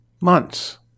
months